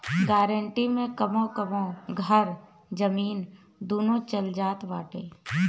guarantee मे कबो कबो घर, जमीन, दूनो चल जात बाटे